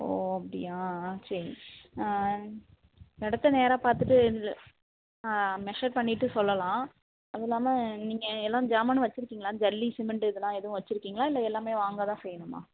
ஓ அப்படியா ஆ சரி இடத்த நேராக பார்த்துட்டு மெஷர் பண்ணிவிட்டு சொல்லலாம் அதுவும் இல்லாமல் நீங்கள் எல்லாம் ஜாமானும் வெச்சுருக்கீங்களான்னு ஜல்லி சிமெண்ட்டு இதெலாம் எதுவும் வெச்சுருக்கீங்களா இல்லை எல்லாமே வாங்கதான் செய்யணும்மா